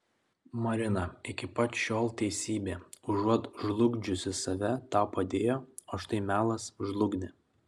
marina iki pat šiol teisybė užuot žlugdžiusi tave tau padėjo o štai melas žlugdė